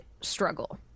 struggle